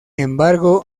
embargo